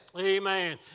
Amen